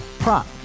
Prop